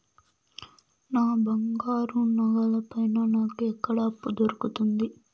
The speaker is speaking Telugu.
నా బంగారు నగల పైన నాకు ఎక్కడ అప్పు దొరుకుతుంది